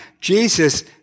Jesus